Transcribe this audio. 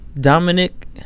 dominic